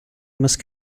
must